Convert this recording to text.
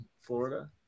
Florida